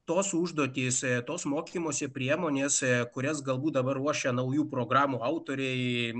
tos užduotys jei tos mokymosi priemonėse kurias galbūt dabar ruošia naujų programų autorė jį